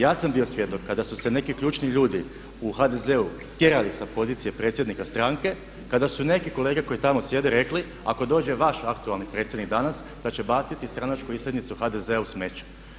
Ja sam bio svjedok kada su se neki ključni ljudi u HDZ-u tjerali sa pozicije predsjednika stranke, kada su neki kolege koji tamo sjede, ako dođe vaš aktualni predsjednik danas da će baciti stranačku iskaznicu HDZ-a u smeće.